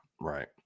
Right